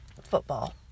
football